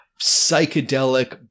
psychedelic